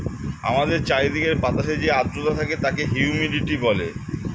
আমাদের চারিদিকের বাতাসে যে আর্দ্রতা থাকে তাকে হিউমিডিটি বলে